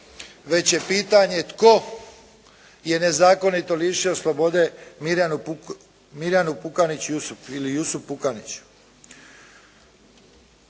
već je pitanje tko je nezakonito lišio slobode Mirjanu Pukanić Jusup ili Jusup Pukanić.